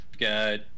Got